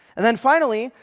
and then finally,